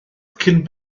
cyn